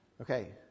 Okay